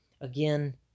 Again